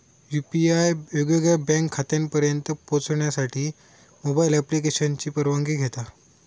UPI वेगवेगळ्या bank खात्यांपर्यंत पोहचण्यासाठी मोबाईल ॲप्लिकेशनची परवानगी घेता